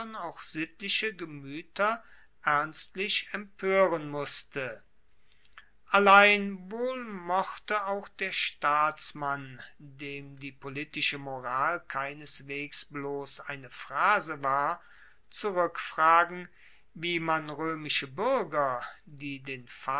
auch sittliche gemueter ernstlich empoeren musste allein wohl mochte auch der staatsmann dem die politische moral keineswegs bloss eine phrase war zurueckfragen wie man roemische buerger die den